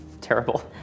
terrible